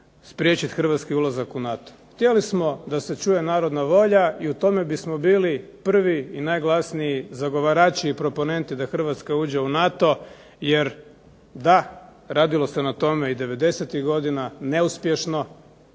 spriječit hrvatski ulazak u NATO. Htjeli smo da se čuje narodna volja i u tome bismo bili prvi i najglasniji zagovarači i proponenti da Hrvatska uđe u NATO, jer da, radilo se na tome i '90.-tih godina, neuspješno.